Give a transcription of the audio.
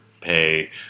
pay